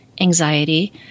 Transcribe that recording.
anxiety